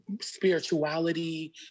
spirituality